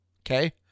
Okay